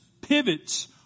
pivots